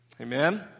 Amen